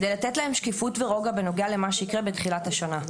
כדי לתת להם שקיפות ורוגע בנוגע למה שיקרה בתחילת השנה.